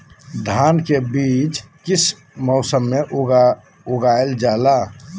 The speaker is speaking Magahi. धान के बीज किस मौसम में उगाईल जाला?